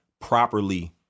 properly